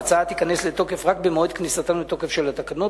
ההצעה תיכנס לתוקף רק במועד כניסתן לתוקף של התקנות.